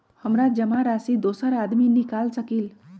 हमरा जमा राशि दोसर आदमी निकाल सकील?